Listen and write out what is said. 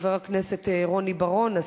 חבר הכנסת רוני בר-און,